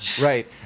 Right